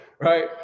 right